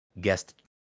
guest